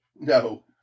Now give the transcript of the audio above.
No